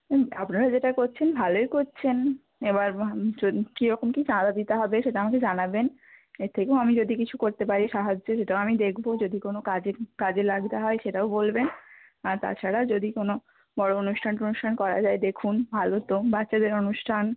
হুম আপনারা যেটা করছেন ভালোই কচ্ছেন এবার কীরকম কী চাঁদা দিতে হবে সেটা আমাকে জানাবেন এর থেকেও আমি যদি কিছু করতে পারি সাহায্য সেটাও আমি দেখব যদি কোনো কাজে লাগতে হয় সেটাও বলবেন আর তাছাড়া যদি কোনো বড়ো অনুষ্ঠান টনুষ্ঠান করা যায় দেখুন ভালো তো বাচ্চাদের অনুষ্ঠান